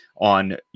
on